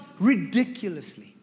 ridiculously